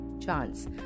chance